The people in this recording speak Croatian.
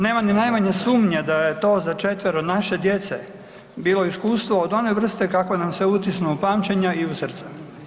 Nema ni najmanje sumnje da je to za četvero naše djece bilo iskustvo od one vrste kakva nam se utisnu u pamćenja i u srce.